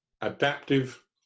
adaptive